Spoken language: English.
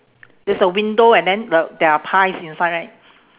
there's a window and then the there are pies inside right